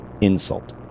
insult